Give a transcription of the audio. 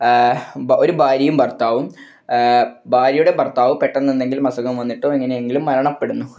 ഭ ഒരു ഭാര്യയും ഭർത്താവും ഭാര്യയുടെ ഭർത്താവ് പെട്ടെന്ന് എന്തെങ്കിലും അസുഖം വന്നിട്ടോ എങ്ങനെയെങ്കിലും മരണപ്പെടുന്നു